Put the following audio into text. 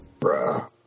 Bruh